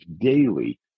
daily